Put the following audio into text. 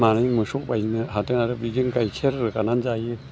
मानै मोसौ बायनो हादों आरो बेजों गायखेर रोगानानै जायो